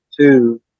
two